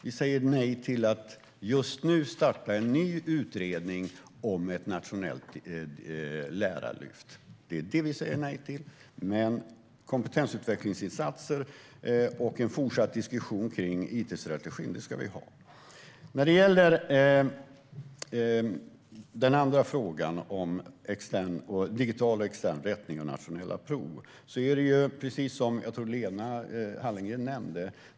Vi säger nej till att just nu starta en ny utredning om ett nationellt lärarlyft. Det är det vi säger nej till. Men kompetensutvecklingsinsatser och en fortsatt diskussion kring it-strategin ska vi ha. När det gäller den andra frågan om digital och extern rättning av nationella prov är det precis så som jag tror att Lena Hallengren nämnde.